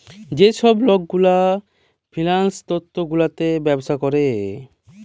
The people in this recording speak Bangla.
যে ছব লক গুলা ফিল্যাল্স তথ্য গুলাতে ব্যবছা ক্যরে